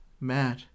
Matt